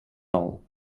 all